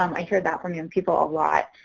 um i've heard that from young people a lot.